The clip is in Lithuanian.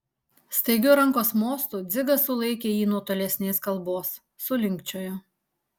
staigiu rankos mostu dzigas sulaikė jį nuo tolesnės kalbos sulinkčiojo